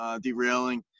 derailing